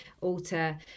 alter